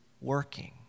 working